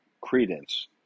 credence